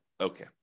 Okay